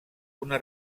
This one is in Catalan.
una